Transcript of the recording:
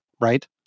right